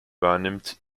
wahrnimmt